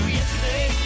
Yesterday